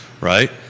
right